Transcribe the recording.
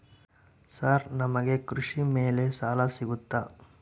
Sir ನಮಗೆ ಕೃಷಿ ಮೇಲೆ ಸಾಲ ಸಿಗುತ್ತಾ?